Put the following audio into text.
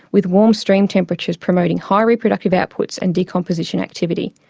with warm stream temperatures promoting high reproductive outputs and decomposition activity.